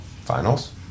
Finals